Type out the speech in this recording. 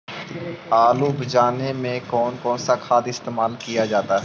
आलू उप जाने में कौन कौन सा खाद इस्तेमाल क्या जाता है?